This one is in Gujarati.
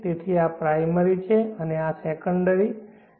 તેથી આ પ્રાઈમરી છે અને આ સેકન્ડરી છે